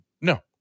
no